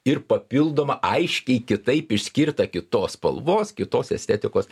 ir papildomą aiškiai kitaip išskirtą kitos spalvos kitos estetikos